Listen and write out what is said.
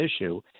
issue